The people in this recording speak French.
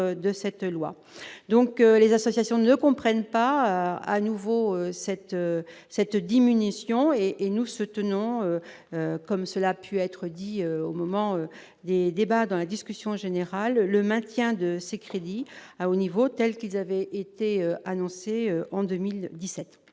donc les associations ne comprennent pas à à nouveau cette cette diminution et et nous soutenons comme cela a pu être dit au moment des débats dans la discussion générale, le maintien de ces crédits à haut niveau, tels qu'ils avaient été annoncés en 2017.